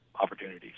opportunities